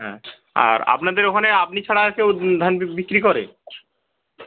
হ্যাঁ আর আপনাদের ওখানে আপনি ছাড়া আর কেউ ধান বিক্রি করে